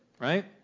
right